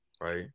right